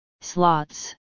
Slots